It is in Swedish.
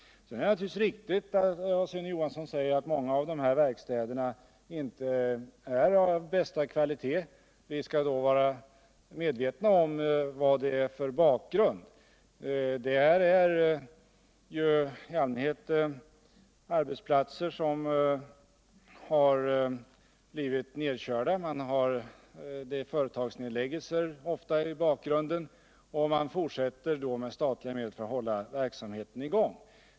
Sedan är det naturligtvis riktigt, Sune Johansson, att många av dessa verkstäder inte är av bästa kvalitet, men vi måste vara medvetna om vilken bakgrund det är fråga om. I allmänhet rör det sig om arbetsplatser som blivit nedkörda. Ofta skymtar företagsnedläggelser i bakgrunden och man har med statliga medel fortsatt för att hålla verksamheten i gång.